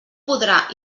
podrà